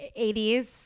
80s